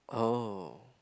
oh